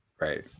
Right